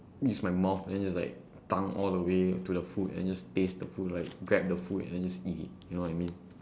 use my mouth and just like tongue all the way to the food and just taste the food like grab the food and then just eat it you know what I mean